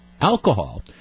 alcohol